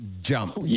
jump